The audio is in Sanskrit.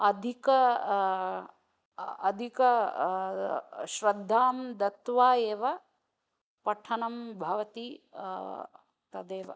अधिका अधिका श्रद्धा दत्वा एव पठनं भवति तदेव